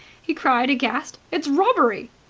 he cried, aghast. it's robbery!